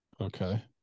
Okay